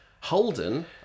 Holden